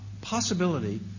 possibility